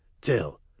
Till